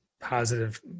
positive